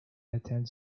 attend